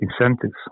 incentives